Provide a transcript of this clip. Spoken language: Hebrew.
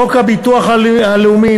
חוק הביטוח הלאומי ,